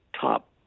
top